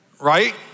right